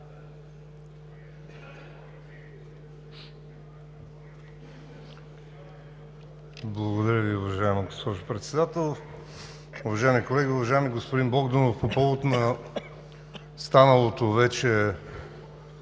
Благодаря Ви, уважаема госпожо Председател. Уважаеми колеги! Уважаеми господин Богданов, по повод на станалата вече